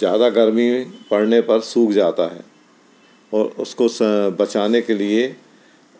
ज़्यादा गर्मी पड़ने पर सूख जाता है और उसको स बचाने के लिए